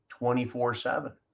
24-7